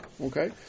Okay